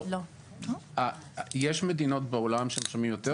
יש מדינות בעולם שמשלמים יותר,